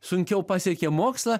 sunkiau pasiekė mokslą